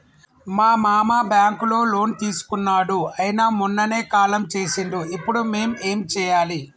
మా మామ బ్యాంక్ లో లోన్ తీసుకున్నడు అయిన మొన్ననే కాలం చేసిండు ఇప్పుడు మేం ఏం చేయాలి?